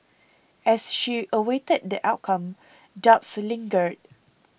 as she awaited the outcome doubts lingered